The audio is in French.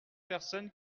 personne